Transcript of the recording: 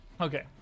Okay